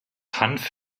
hanf